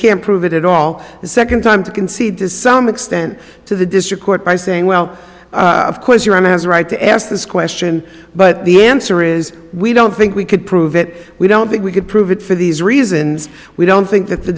can't prove it at all the second time to concede to some extent to the district court by saying well of course you're a man's right to ask this question but the answer is we don't think we could prove it we don't think we could prove it for these reasons we don't think that the